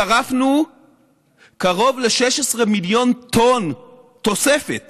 שרפנו קרוב ל-16 מיליון טון תוספת